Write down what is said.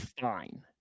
fine